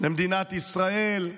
למדינת ישראל.